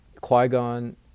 Qui-Gon